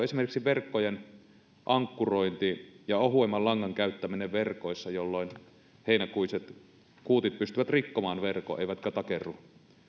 esimerkiksi verkkojen ankkurointi ja ohuemman langan käyttäminen verkoissa jolloin heinäkuiset kuutit pystyvät rikkomaan verkon eivätkä takerru